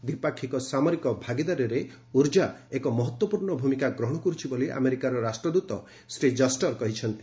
ଦ୍ୱିପାକ୍ଷିକ ସାମରିକ ଭାଗିଦାରୀରେ ଉର୍ଜା ଏକ ମହତ୍ୱପୂର୍ଣ୍ଣ ଭୂମିକା ଗ୍ରହଣ କରୁଛି ବୋଲି ଆମେରିକାର ରାଷ୍ଟ୍ରଦୃତ ଶ୍ରୀ ଜଷ୍ଟର କହିଚନ୍ତି